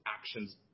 actions